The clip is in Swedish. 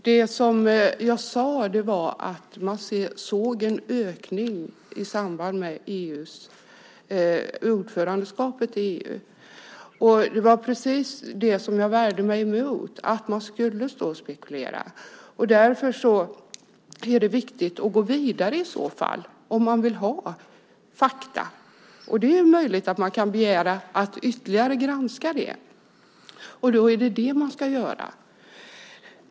Herr talman! Vad jag sade var att man såg en ökning i samband med ordförandeskapet i EU. Vad jag värjde mig emot var just att man skulle spekulera. Därför är det viktigt att gå vidare om man vill ha fakta. Det är möjligt att man kan begära att det ytterligare granskas. Då är det detta man ska göra.